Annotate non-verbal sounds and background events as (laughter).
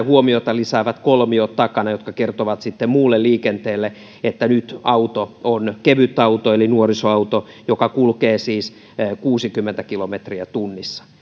(unintelligible) huomiota lisäävät kolmiot takana jotka kertovat sitten muulle liikenteelle että nyt auto on kevytauto eli nuorisoauto joka kulkee siis kuusikymmentä kilometriä tunnissa